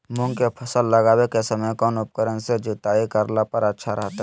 मूंग के फसल लगावे के समय कौन उपकरण से जुताई करला पर अच्छा रहतय?